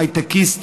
הייטקיסט,